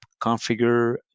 configure